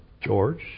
George